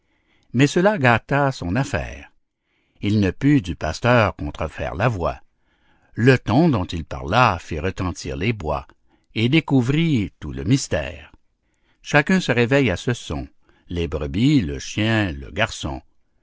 mais cela gâta son affaire il ne put du pasteur contrefaire la voix le ton dont il parla fit retentir les bois et découvrit tout le mystère chacun se réveille à ce son les brebis le chien le garçon